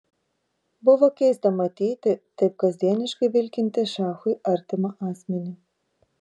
buvo keista matyti taip kasdieniškai vilkintį šachui artimą asmenį